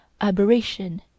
aberration